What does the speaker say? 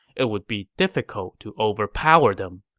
it would be difficult to overpower them.